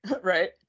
Right